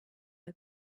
are